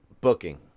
Booking